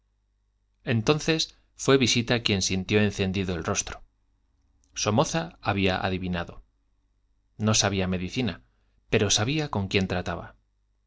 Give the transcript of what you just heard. entonces fue visita quien sintió encendido el rostro somoza había adivinado no sabía medicina pero sabía con quién trataba